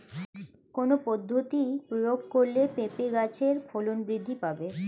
কোন পদ্ধতি প্রয়োগ করলে পেঁপে গাছের ফলন বৃদ্ধি পাবে?